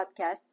podcast